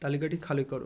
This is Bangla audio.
তালিকাটি খালি করো